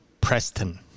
Preston